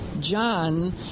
John